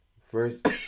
First